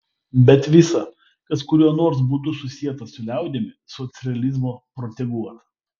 bet visa kas kuriuo nors būdu susieta su liaudimi socrealizmo proteguota